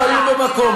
הם היו במקום.